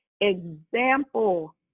example